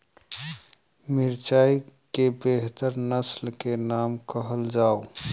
मिर्चाई केँ बेहतर नस्ल केँ नाम कहल जाउ?